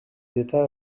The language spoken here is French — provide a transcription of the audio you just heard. d’état